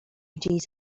gdzieś